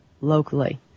locally